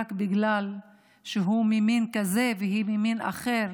שרק בגלל שהוא ממין כזה והיא ממין אחר